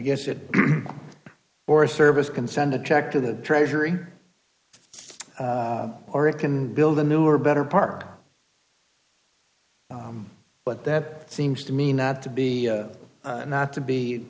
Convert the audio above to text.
guess it or a service can send a check to the treasury or it can build a new or better part but that seems to me not to be and not to be